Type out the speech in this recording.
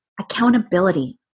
accountability